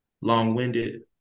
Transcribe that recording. long-winded